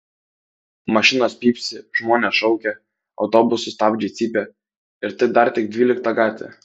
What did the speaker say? mašinos pypsi žmonės šaukia autobusų stabdžiai cypia ir tai dar tik dvylikta gatvė